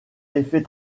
effet